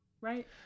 right